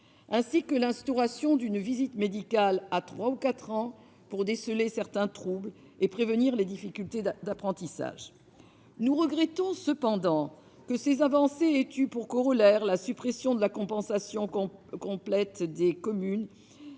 enfin, l'instauration d'une visite médicale à 3 ou 4 ans, pour déceler certains troubles et prévenir les difficultés d'apprentissage. Toutefois, nous regrettons que ces avancées aient eu pour corollaire la suppression de la compensation complète pour les communes